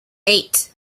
eight